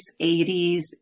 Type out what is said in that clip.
80s